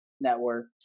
network